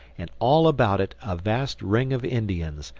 and all about it a vast ring of indians,